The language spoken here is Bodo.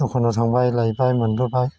दखानाव थांबाय लायबाय मोनबोबाय